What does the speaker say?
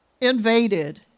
invaded